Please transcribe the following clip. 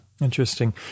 Interesting